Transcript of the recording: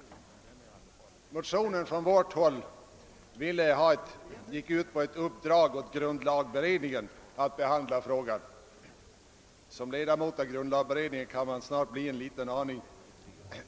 I motionen av fru Mogård m.fl. yrkas att grundlagberedningen får i uppdrag att behandla frågan. Som ledamot av grundlagberedningen kan man bli litet